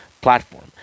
platform